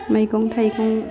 मैगं थाइगं